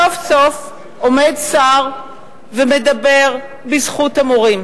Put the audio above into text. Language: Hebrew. סוף-סוף עומד שר ומדבר בזכות המורים,